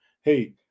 Hey